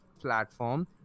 platform